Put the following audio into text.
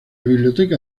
biblioteca